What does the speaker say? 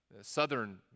southern